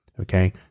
Okay